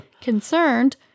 Concerned